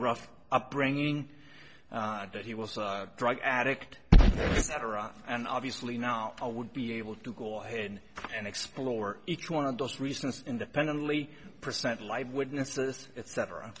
rough upbringing that he was a drug addict and obviously now i would be able to go ahead and explore each one of those reasons independently percent live witnesses et